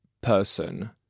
person